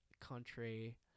country